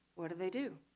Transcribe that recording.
what do they do?